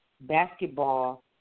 Basketball